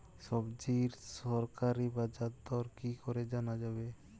সবজির সরকারি বাজার দর কি করে জানা যাবে?